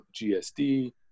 GSD